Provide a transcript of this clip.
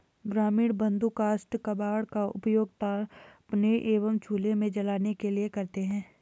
ग्रामीण बंधु काष्ठ कबाड़ का उपयोग तापने एवं चूल्हे में जलाने के लिए करते हैं